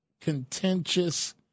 contentious